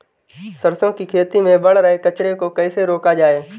सरसों की खेती में बढ़ रहे कचरे को कैसे रोका जाए?